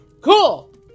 Cool